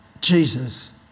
Jesus